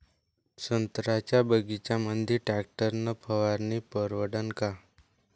संत्र्याच्या बगीच्यामंदी टॅक्टर न फवारनी परवडन का?